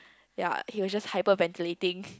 ya he was just hyperventilating